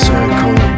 Circle